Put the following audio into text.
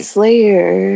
Slayer